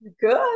Good